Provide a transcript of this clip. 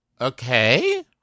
Okay